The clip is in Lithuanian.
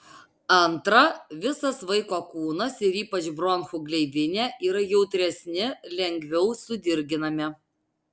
antra visas vaiko kūnas ir ypač bronchų gleivinė yra jautresni lengviau sudirginami